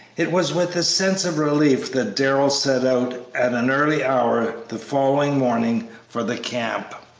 it was with a sense of relief that darrell set out at an early hour the following morning for the camp.